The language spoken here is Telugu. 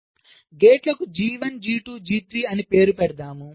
గేట్లకు G1 G2 G3 అని పేరు పెడదాం